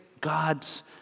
God's